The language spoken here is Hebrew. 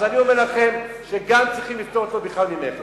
אז אני אומר לכם שגם צריכים לפטור אותו בכלל ממכס.